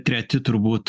treti turbūt